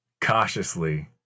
cautiously